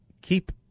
keep